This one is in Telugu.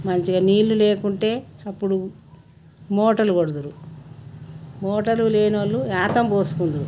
మంచిగా నీళ్ళు లేకుంటే అప్పుడు మోటార్లు కొడుదురు మోటార్లు లేనోళ్ళు యాతం పోసుకుందురు